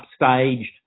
upstaged